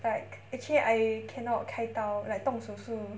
like actually I cannot 开刀 like 动手术